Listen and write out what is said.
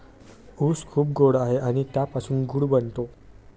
ऊस खूप गोड आहे आणि त्यापासून गूळ बनतो